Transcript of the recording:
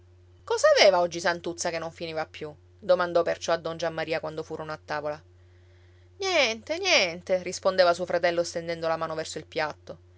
cosa aveva oggi santuzza che non finiva più domandò perciò a don giammaria quando furono a tavola niente niente rispondeva suo fratello stendendo la mano verso il piatto